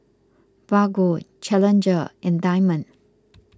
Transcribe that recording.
Bargo Challenger and Diamond